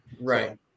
right